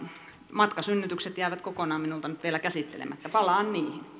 matkasynnytykset jäävät kokonaan minulta nyt vielä käsittelemättä palaan